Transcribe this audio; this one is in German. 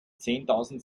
zehntausend